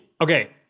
Okay